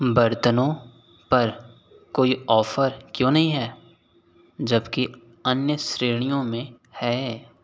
बर्तनों पर कोई ऑफर क्यों नहीं है जबकि अन्य श्रेणियों में है